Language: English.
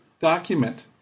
document